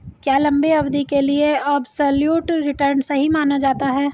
क्या लंबी अवधि के लिए एबसोल्यूट रिटर्न सही माना जाता है?